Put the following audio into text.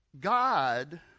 God